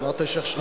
אמרת שיש לך כבוד.